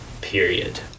period